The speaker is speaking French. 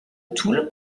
toul